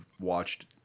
watched